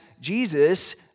Jesus